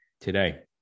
today